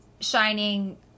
shining